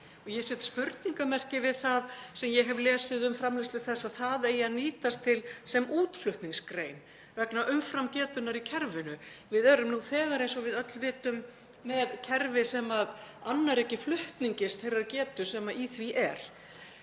Ég set spurningarmerki við það sem ég hef lesið um framleiðslu þess, að það eigi að nýtast sem útflutningsgrein vegna umframgetunnar í kerfinu. Við erum nú þegar, eins og við öll vitum, með kerfi sem annar ekki flutningi þeirrar getu sem í því er.